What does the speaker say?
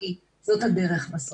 כי זאת הדרך בסוף.